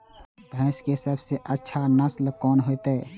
भैंस के सबसे अच्छा नस्ल कोन होते?